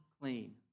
clean